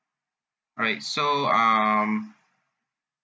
alright so um